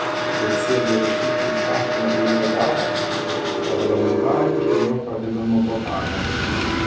bet sėdę rašyti įstatymo blaivia galva parlamentarai kažkodėl pradeda nuo botago